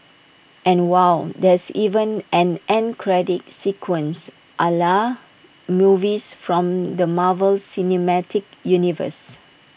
and wow there's even an end credit sequence A la movies from the Marvel cinematic universe